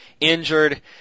injured